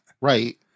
right